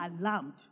alarmed